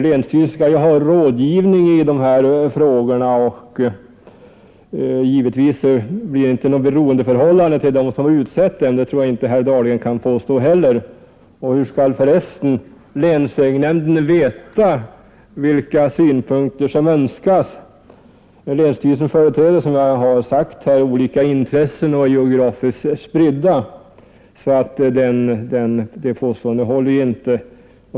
Länsstyrelsen skall ju ha rådgivning i de här frågorna — givetvis blir det inte något beroendeförhållande till dem som utsett ledamöter; det tror jag inte heller herr Dahlgren kan påstå. Hur skall för övrigt länsvägnämnden veta vilka synpunkter man i så fall önskar få beaktade? Länsstyrelsen företräder, som jag har sagt här, olika och geografiskt spridda intressen. Herr Dahlgrens uppfattning håller därför inte.